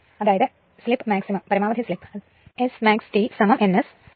അതിനാൽ Smax Tn S nn S